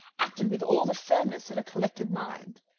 acted with all the firmness of a collected mind,